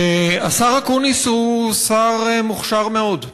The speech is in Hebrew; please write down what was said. תודה לך, השר אקוניס הוא שר מוכשר מאוד,